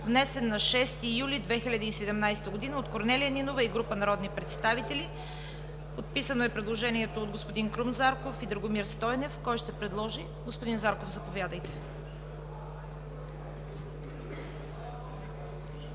внесен на 6 юли 2017 г. от Корнелия Нинова и група народни представители. Предложението е подписано от господин Крум Зарков и Драгомир Стойнев. Кой ще предложи? Господин Зарков, заповядайте.